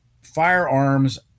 firearms